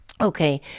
Okay